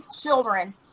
children